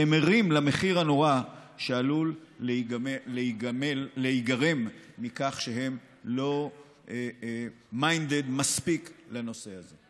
והם ערים למחיר הנורא שעלול להיגרם מכך שהם לא minded מספיק לנושא הזה.